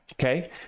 Okay